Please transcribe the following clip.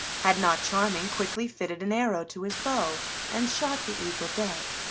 had not charming quickly fitted an arrow to his bow and shot the eagle dead.